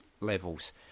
levels